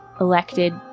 elected